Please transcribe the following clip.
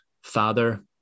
father